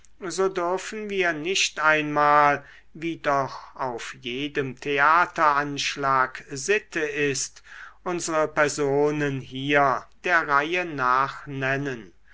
so dürfen wir nicht einmal wie doch auf jedem theateranschlag sitte ist unsre personen hier der reihe nach nennen